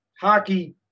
hockey